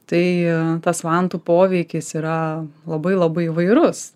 tai tas vantų poveikis yra labai labai įvairus